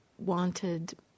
wanted